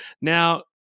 Now